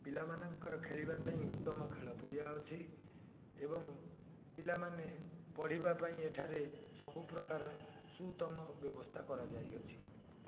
ପିଲାମାନଙ୍କର ଖେଳିବାପାଇଁ ଉତ୍ତମ ଖେଳପଡ଼ିଆ ଅଛି ଏବଂ ପିଲାମାନେ ପଢ଼ିବା ପାଇଁ ଏଠାରେ ସବୁପ୍ରକାର ସୁଉତ୍ତମ ବ୍ୟବସ୍ଥା କରାଯାଇଅଛି